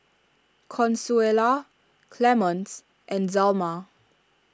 Consuela Clemence and Zelma